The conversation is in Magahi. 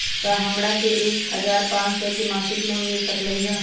का हमरा के एक हजार पाँच सौ के मासिक लोन मिल सकलई ह?